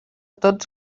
tots